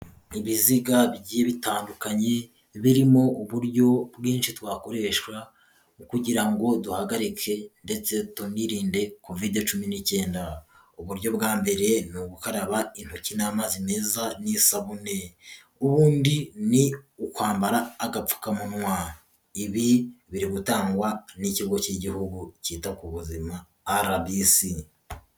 Ibiziga bigiye bitandukanye, birimo uburyo bwinshi twakoreshwa kugira ngo duhagarike ndetse tunirinde Covid cumi n'icyenda. Uburyo bwa mbere: ni ugukaraba intoki n'amazi meza n'isabune, ubundi ni ukwambara agapfukamunwa. Ibi biri gutangwa n'ikigo cy'igihugu cyita ku buzima RBC.